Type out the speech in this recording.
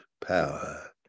power